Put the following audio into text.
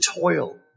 toil